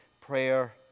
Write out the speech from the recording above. prayer